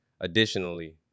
Additionally